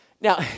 Now